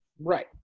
Right